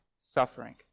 suffering